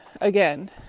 again